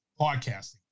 podcasting